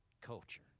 culture